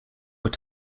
were